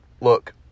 Look